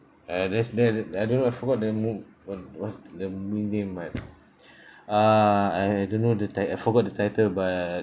uh there's that I don't know I forgot the mo~ what was the movie name right uh I don't know the ti~ I forgot the title but